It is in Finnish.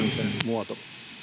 muoto